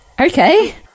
Okay